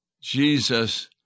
Jesus